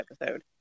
episode